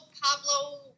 Pablo